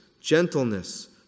gentleness